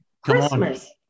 Christmas